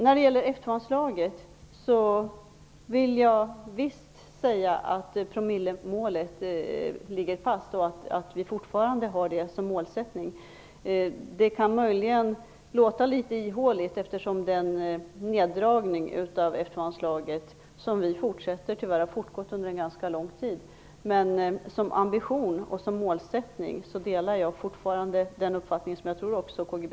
När det gäller F 2-anslaget vill jag visst säga att enpromillesmålet ligger fast. Vi har fortfarande den målsättningen. Det kan möjligen låta litet ihåligt, eftersom neddragningen av F 2-anslaget tyvärr har fortgått under ganska lång tid. Som ambition och målsättning delar jag dock fortfarande den uppfattning som jag tror att också K.-G.